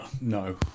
No